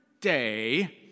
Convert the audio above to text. day